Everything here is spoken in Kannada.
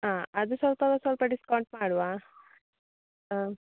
ಹಾಂ ಅದು ಸ್ವಲ್ಪ ಸ್ವಲ್ಪ ಡಿಸ್ಕೌಂಟ್ ಮಾಡುವ